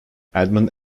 edmund